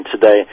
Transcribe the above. today